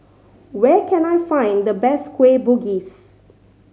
where can I find the best Kueh Bugis